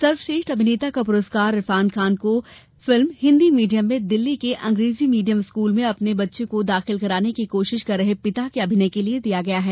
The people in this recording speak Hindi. सर्वश्रेष्ठ अभिनेता का पुरस्कार इरफान खान को फिल्म हिन्दी मीडियम में दिल्ली के अंग्रेजी मीडियम स्कूल में अपने बच्चे को दाखिल कराने की कोशिश कर रहे पिता के अभिनय के लिए दिया गया है